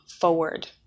forward